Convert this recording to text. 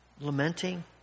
lamenting